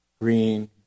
green